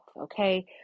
okay